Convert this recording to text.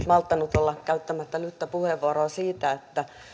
malttanut olla käyttämättä lyhyttä puheenvuoroa siitä että